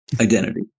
identity